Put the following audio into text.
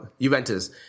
Juventus